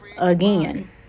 again